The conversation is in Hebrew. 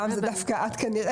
הפעם זאת דווקא את כנראה,